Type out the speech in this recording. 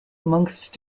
amongst